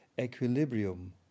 equilibrium